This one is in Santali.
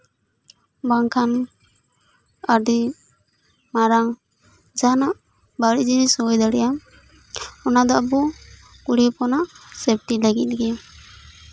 ᱵᱟᱝᱠᱷᱟᱱ ᱟᱹᱰᱤ ᱢᱟᱨᱟᱝ ᱡᱟᱦᱟᱱᱟᱜ ᱵᱟᱹᱲᱤᱡ ᱡᱤᱱᱤᱥ ᱦᱩᱭ ᱫᱟᱲᱮᱭᱟᱜᱼᱟ ᱚᱱᱟ ᱫᱚ ᱟᱵᱚ ᱠᱩᱲᱤ ᱦᱚᱯᱚᱱᱟᱜ ᱥᱮᱯᱴᱤ ᱞᱟᱹᱜᱤᱫ ᱜᱮ